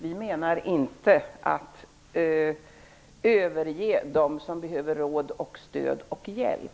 Vi menar inte att överge dem som behöver råd, stöd och hjälp.